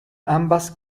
ambas